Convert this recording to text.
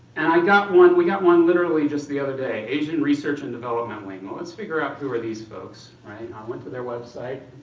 and i got one we got one literally just the other day. asian research and development wing. well, let's figure out who are these folks. i went to their website